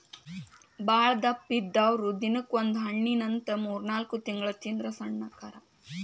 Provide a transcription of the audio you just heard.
ಬಾಳದಪ್ಪ ಇದ್ದಾವ್ರು ದಿನಕ್ಕ ಒಂದ ಹಣ್ಣಿನಂತ ಮೂರ್ನಾಲ್ಕ ತಿಂಗಳ ತಿಂದ್ರ ಸಣ್ಣ ಅಕ್ಕಾರ